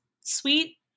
sweet